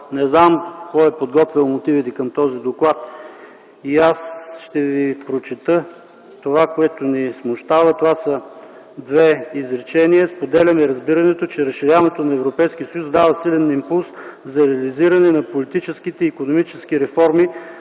Не знам кой е подготвил мотивите към този доклад. Ще ви прочета това, което ни смущава. Това са две изречения: „Споделяме разбирането, че разширяването на Европейския съюз дава силен импулс за реализиране на политическите и икономически реформи